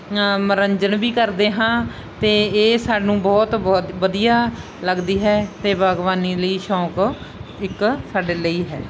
ਮਨੋਰੰਜਨ ਵੀ ਕਰਦੇ ਹਾਂ ਅਤੇ ਇਹ ਸਾਨੂੰ ਬਹੁਤ ਬਹੁਤ ਵਧੀਆ ਲੱਗਦੀ ਹੈ ਅਤੇ ਬਾਗਬਾਨੀ ਲਈ ਸ਼ੌਕ ਇੱਕ ਸਾਡੇ ਲਈ ਹੈ